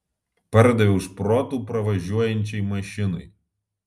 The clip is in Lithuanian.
pardaviau šprotų pravažiuojančiai mašinai